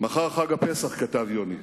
"מחר חג הפסח", כתב יוני.